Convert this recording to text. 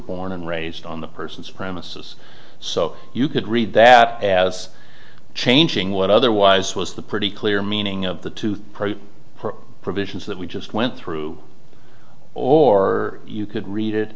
born and raised on the person's premises so you could read that as changing what otherwise was the pretty clear meaning of the two provisions that we just went through or you could read it